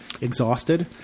exhausted